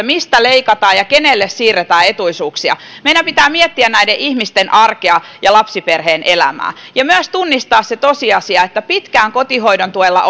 mistä leikataan ja kenelle siirretään etuisuuksia meidän pitää miettiä näiden ihmisten arkea ja lapsiperheen elämää ja myös tunnistaa se tosiasia että pitkään kotihoidon tuella